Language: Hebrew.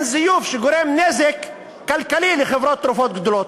זיוף שגורם נזק כלכלי לחברות תרופות גדולות.